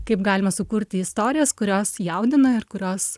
kaip galima sukurti istorijas kurios jaudina ir kurios